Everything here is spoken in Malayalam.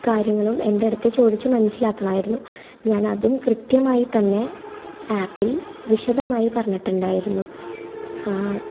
കാര്യങ്ങളും എൻ്റെ അടുത്ത് ചോദിച്ചു മനസ്സിലാക്കണമായിരുന്നു ഞാനതും കൃത്യമായി തന്നെ ആപ്പിൽ വിശദമായി പറഞ്ഞിട്ടുണ്ടായിരുന്നു